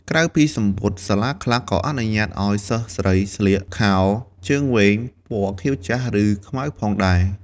ក្រៅពីសំពត់ សាលាខ្លះក៏អនុញ្ញាតឱ្យសិស្សស្រីស្លៀក ខោជើងវែងពណ៌ខៀវចាស់ ឬ ខ្មៅ ផងដែរ។